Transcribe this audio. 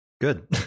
good